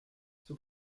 zur